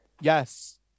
Yes